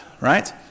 right